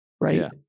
Right